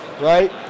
right